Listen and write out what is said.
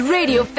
Radio